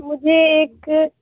مجھے ایک